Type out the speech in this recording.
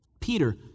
Peter